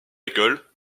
école